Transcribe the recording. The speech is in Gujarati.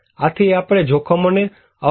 આથી આપણે જોખમોને અવગણી શકીએ નહીં